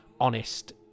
honest